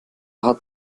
hat